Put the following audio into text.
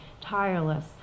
Tireless